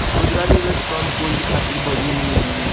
खुदरा निवेशक कम पूंजी खातिर बढ़िया निवेश हवे